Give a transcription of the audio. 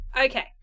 okay